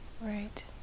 Right